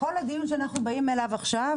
כל הדיון שאנחנו באים אליו עכשיו,